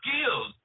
skills